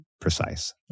precise